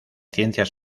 ciencias